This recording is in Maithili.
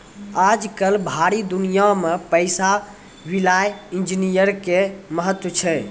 आजकल भरी दुनिया मे पैसा विला इन्जीनियर के महत्व छै